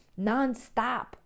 nonstop